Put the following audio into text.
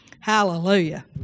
hallelujah